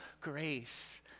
Grace